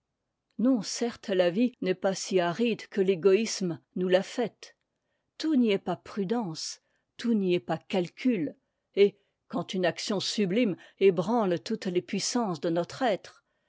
non certes a vie n'est pas si aride que l'égoïsme nous l'a faite tout n'y est pas prudence tout n'y est pas calcul et quand une action sublime ébranle toutes les puissances de notre être